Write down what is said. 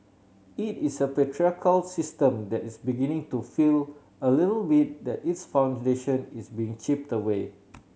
it is a patriarchal system that is beginning to feel a little bit that its foundation is being chipped away